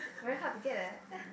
very hard to get leh